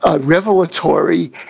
revelatory